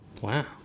Wow